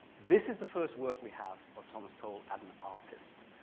this is the first work we have of thomas cole as an artist,